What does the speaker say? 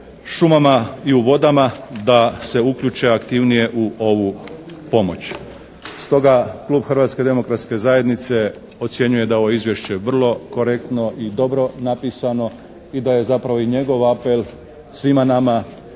šumama i u vodama da se uključe aktivnije u ovu pomoć. Stoga Klub Hrvatske demokratske zajednice ocjenjuje da je ovo izvješće vrlo korektno i dobro napisano i da je zapravo i njegov apel svima nama